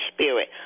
Spirit